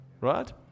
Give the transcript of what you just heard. Right